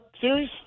series